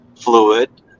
fluid